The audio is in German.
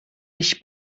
dich